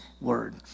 word